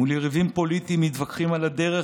מול יריבים פוליטיים מתווכחים על הדרך